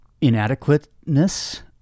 inadequateness